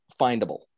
findable